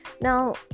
Now